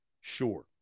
sure